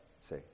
See